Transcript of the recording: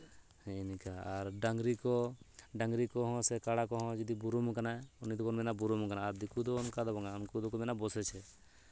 ᱦᱮᱸ ᱱᱤᱝᱠᱟᱹ ᱟᱨ ᱰᱝᱨᱤ ᱠᱚᱦᱚᱸ ᱥᱮ ᱠᱟᱲᱟ ᱠᱚᱦᱚᱸ ᱡᱩᱫᱤ ᱵᱩᱨᱩᱢ ᱟᱠᱟᱱᱟᱭ ᱩᱱᱤ ᱫᱚᱵᱚᱱ ᱢᱮᱱᱟ ᱵᱩᱨᱩᱢ ᱟᱠᱟᱱᱟ ᱟᱨ ᱫᱤᱠᱩ ᱫᱚ ᱚᱱᱠᱟᱫᱚ ᱵᱟᱝᱟ ᱩᱱᱠᱩ ᱫᱚᱠᱚ ᱢᱮᱱᱟ ᱵᱚᱥᱮᱪᱷᱮ